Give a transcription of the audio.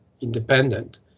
independent